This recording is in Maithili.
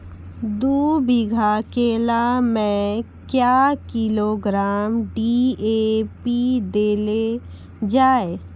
दू बीघा केला मैं क्या किलोग्राम डी.ए.पी देले जाय?